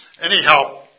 Anyhow